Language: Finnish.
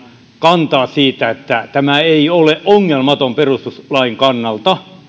kantaa että tämä ei ole ongelmaton perustuslain kannalta mikä